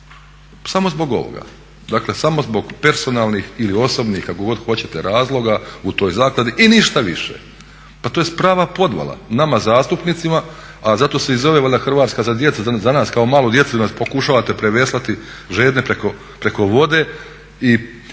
Samo zbog ovoga, dakle samo zbog personalnih ili osobnih kako god hoćete razloga u toj zakladi i ništa više. Pa to je prava podvala nama zastupnicima a zato se i zove valjda "Hrvatska za djecu", za nas kao malu djecu nas pokušavate preveslati žedne preko vode i